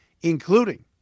including